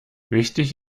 wichtig